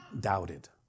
doubted